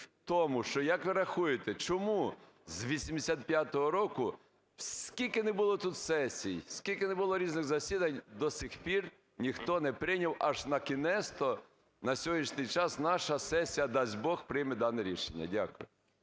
в тому, що, як ви рахуєте, чому з 85-го року, скільки не було тут сесій, скільки не було різних засідань, до сих пір ніхто не прийняв? Аж накінець-то на сьогоднішній час наша сесія, дасть Бог, прийме дане рішення. Дякую.